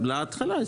להתחלה.